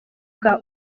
bwa